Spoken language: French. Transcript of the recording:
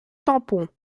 tampon